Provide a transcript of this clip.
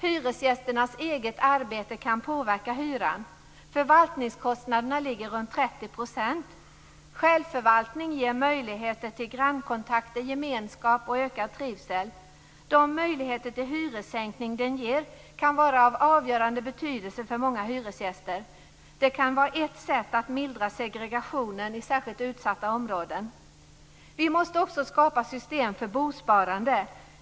Hyresgästernas eget arbete kan påverka hyran. Förvaltningskostnaderna ligger runt 30 %. Självförvaltning ger möjligheter till grannkontakter, gemenskap och ökad trivsel. De möjligheter till hyressänkning den ger kan vara av avgörande betydelse för många hyresgäster. Det kan vara ett sätt att mildra segregationen i särskilt utsatta områden. Vi måste också skapa system för bosparande.